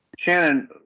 Shannon